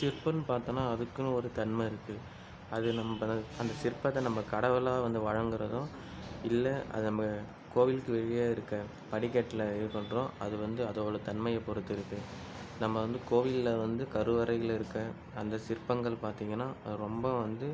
சிற்பம்னு பார்த்தோன்னா அதுக்குனு ஒரு தன்மை இருக்கு அது நம்ப அந்த சிற்பத்தை நம்ப கடவுளா வந்து வழங்கறதும் இல்லை அதை நம்ப கோவிலுக்கு வெளியே இருக்கற படிக்கெட்டில் இதுப்பண்ணுகிறோம் அதை வந்து அதோட தன்மையை பொருத்து இருக்கு நம்ம வந்து கோவிலில் வந்து கருவறையில இருக்க அந்த சிற்பங்கள் பார்த்திங்கன்னா அது ரொம்ப வந்து